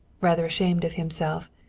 rather ashamed of himself,